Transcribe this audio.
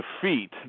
defeat